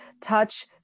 touch